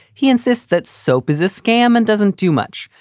he insists that soap is a scam and doesn't do much.